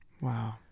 Wow